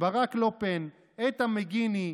ברק לופן איתם מגיני,